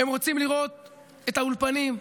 הם רוצים לראות את האולפנים,